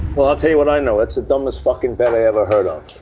well, i'll tell you what, i know it's the dumbest fucking ballet ever heard of.